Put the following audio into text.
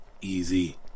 Easy